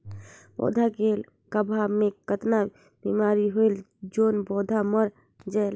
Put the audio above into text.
पौधा के गाभा मै कतना बिमारी होयल जोन पौधा मर जायेल?